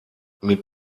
mit